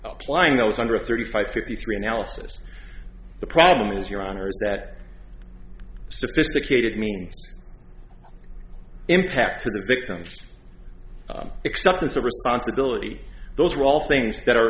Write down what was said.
applying those under thirty five fifty three analysis the problem is your honour's that sophisticated means impact to victims acceptance of responsibility those are all things that are